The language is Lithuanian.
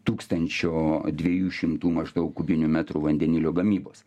tūkstančio dviejų šimtų maždaug kubinių metrų vandenilio gamybos